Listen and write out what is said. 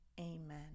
Amen